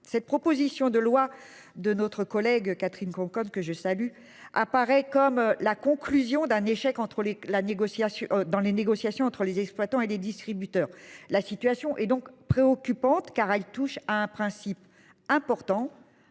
Cette proposition de loi de notre collègue Catherine Conconne que je salue apparaît comme la conclusion d'un échec entre les la négociation dans les négociations entre les exploitants et les distributeurs. La situation est donc préoccupante car elle touche à un principe important